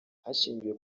hashingiwe